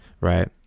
right